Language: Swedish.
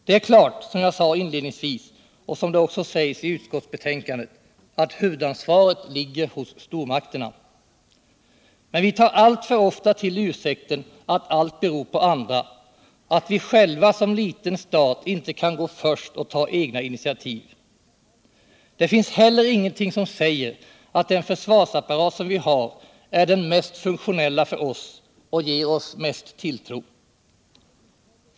Det är klart, som jag sade inledningsvis och som också säps i utskottsbetänkandet, att huvudansvaret ligger hos stormakterna. Men vi tar alltför ofta till ursäkten att alit beror på andra, att vi själva som liten stat inte kan på först och ta egna initiativ. Det finns heller ingenung som säger att den försvarsapparat vi har är den mest funktionella för oss och ger oss mest tilltro.